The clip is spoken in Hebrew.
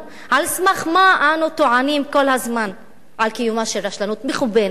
על סמך מה אנו טוענים כל הזמן על קיומה של רשלנות מכוונת,